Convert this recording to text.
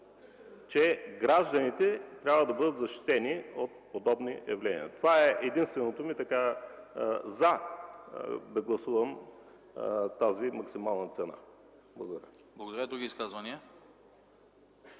че гражданите трябва да бъдат защитени от подобни явления. Това е единственото ми „за” да гласувам тази максимална цена. Благодаря. ПРЕДСЕДАТЕЛ АНАСТАС